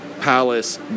palace